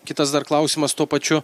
kitas dar klausimas tuo pačiu